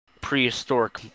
prehistoric